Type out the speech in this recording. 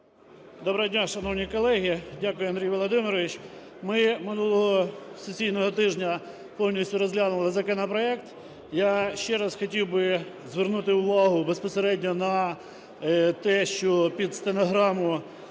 Доброго дня, шановні колеги! Дякую, Андрій Володимирович. Ми минулого сесійного тижня повністю розглянули законопроект. Я ще раз хотів би звернути увагу безпосередньо на те, що під стенограму.